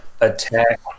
attack